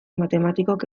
matematikok